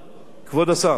השר,